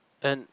and